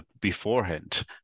beforehand